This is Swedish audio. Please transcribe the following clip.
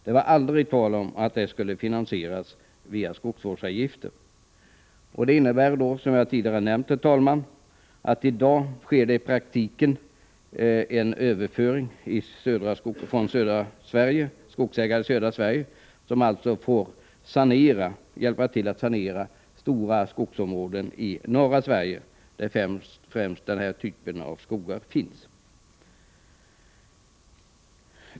Det var aldrig tal om att det skulle finansieras via skogsvårdsavgifter. Som jag tidigare har nämnt sker det i dag i praktiken en överföring från skogsägare i södra Sverige, som alltså får hjälpa till att sanera stora skogsområden i norra Sverige, där den här typen av skog främst finns.